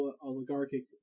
oligarchic